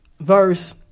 verse